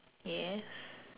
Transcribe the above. yes